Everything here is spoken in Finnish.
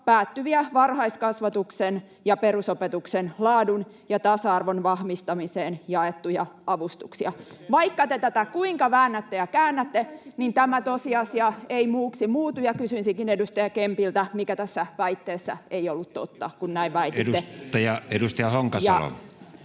päättyviä varhaiskasvatuksen ja perusopetuksen laadun ja tasa-arvon vahvistamiseen jaettuja avustuksia. Vaikka te tätä kuinka väännätte ja käännätte, niin tämä tosiasia ei muuksi muutu. Kysyisinkin edustaja Kempiltä, mikä tässä väitteessä ei ollut totta, kun näin väititte. [Speech 92]